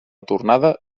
tornada